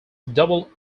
double